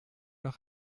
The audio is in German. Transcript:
auch